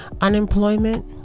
Unemployment